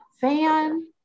fan